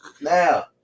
Now